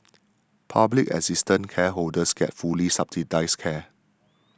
public assistance cardholders got fully subsidised care